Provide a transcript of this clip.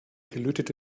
gelötete